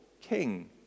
king